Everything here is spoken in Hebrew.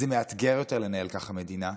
זה מאתגר יותר לנהל ככה מדינה,